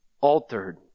altered